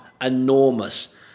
enormous